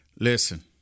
listen